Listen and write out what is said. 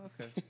Okay